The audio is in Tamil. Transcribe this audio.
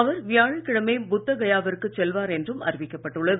அவர் வியாழக்கிழமை புத்த கயாவிற்கு செல்வார் என்றும் அறிவிக்கப்பட்டுள்ளது